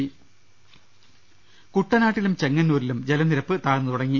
ൾശ്രര കുട്ടനാട്ടിലും ചെങ്ങന്നൂരിലും ജലനിരപ്പ് താഴ്ന്ന് തുടങ്ങി